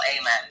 amen